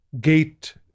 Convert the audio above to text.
gate